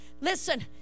Listen